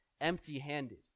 empty-handed